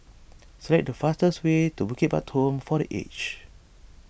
select the fastest way to Bukit Batok Home for the Aged